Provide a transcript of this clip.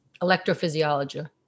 electrophysiology